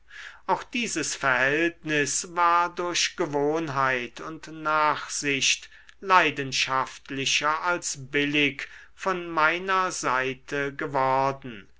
auch dieses verhältnis war durch gewohnheit und nachsicht leidenschaftlicher als billig von meiner seite geworden